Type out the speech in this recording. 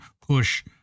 push